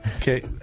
Okay